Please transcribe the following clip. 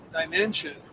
dimension